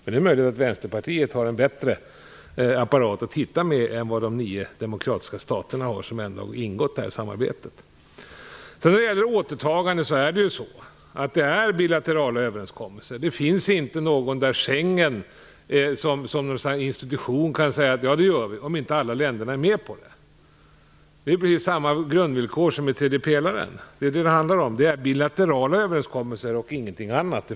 Kan det vara så att Vänsterpartiet har en bättre apparat att titta med än de nio demokratiska stater som ingått detta samarbete? I fråga om återtagande gäller att detta är bilaterala överenskommelser. Det finns inte någon institution som kan gå vidare med detta om inte alla länderna är med på det. Det blir samma grundvillkor som i tredje pelaren. Det är bilaterala överenskommelser och ingenting annat.